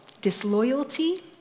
disloyalty